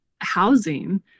housing